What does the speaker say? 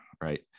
right